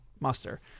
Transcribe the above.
muster